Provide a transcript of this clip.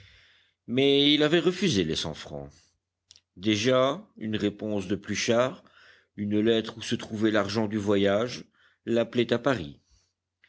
mais il avait refusé les cent francs déjà une réponse de pluchart une lettre où se trouvait l'argent du voyage l'appelait à paris